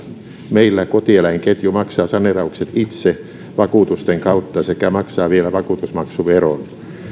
meillä kotieläinketju maksaa saneeraukset itse vakuutusten kautta sekä maksaa vielä vakuutusmaksuveron